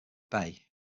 bay